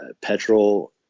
petrol